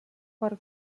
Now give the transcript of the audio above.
per